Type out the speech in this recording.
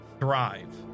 Thrive